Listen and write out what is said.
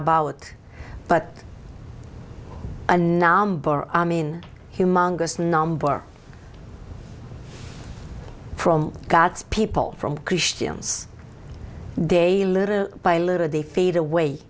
about but a number i mean you mongers number from god's people from christians day little by little they feed away